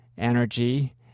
energy